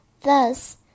Thus